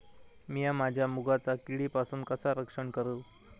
मीया माझ्या मुगाचा किडीपासून कसा रक्षण करू?